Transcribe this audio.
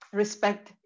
respect